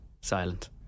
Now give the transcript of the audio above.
silent